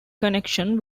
connection